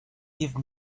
give